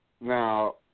Now